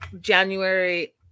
January